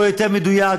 או יותר מדויק,